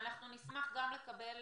אנחנו נשמח גם לקבל